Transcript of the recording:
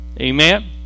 Amen